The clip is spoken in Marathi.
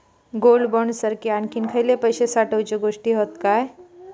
गोल्ड बॉण्ड सारखे आणखी खयले पैशे साठवूचे गोष्टी हत काय?